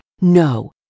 No